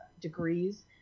degrees